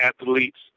athletes